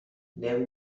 نمی